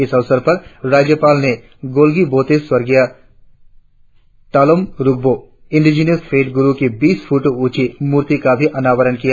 इस अवसर पर राज्यपाल ने गोल्गी बोटे स्वर्गीय तालोम रुक्बो इंडिजिनस फैट गुरु की बीस फीट ऊंची मूर्ति का अनावरण किया